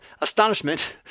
astonishment